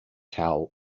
towel